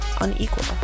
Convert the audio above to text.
unequal